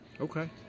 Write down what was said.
Okay